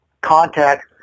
contact